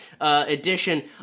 edition